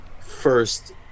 first